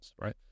right